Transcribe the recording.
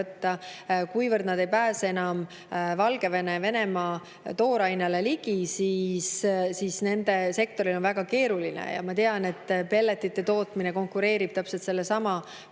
võtta. Kuivõrd nad ei pääse enam Valgevene ja Venemaa toorainele ligi, siis nende sektoril on väga keeruline. Ja ma tean, et pelletite tootmine konkureerib täpselt sellesama